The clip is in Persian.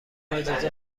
اجازه